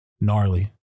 gnarly